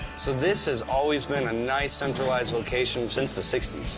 so this has always been a nice centralized location since the sixty s.